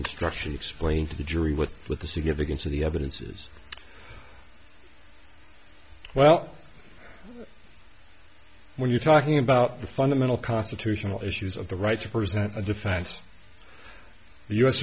instruction explained to the jury with what the significance of the evidence is well when you're talking about the fundamental constitutional issues of the right to present a defense